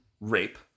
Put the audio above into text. rape